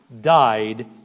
died